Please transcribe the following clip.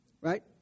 Right